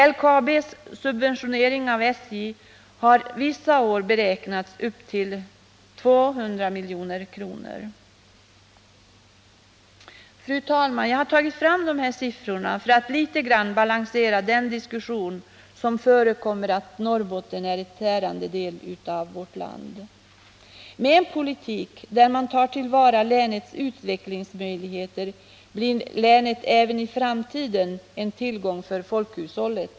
LKAB:s subventionering av SJ har vissa år beräknats uppgå till 200 milj.kr. Fru talman! Jag har tagit fram de här siffrorna för att litet grand balansera den diskussion som förs om att Norrbotten är en tärande del av landet. Med en politik där man tar till vara länets utvecklingsmöjligheter blir Norrbotten även i framtiden en tillgång för folkhushållet.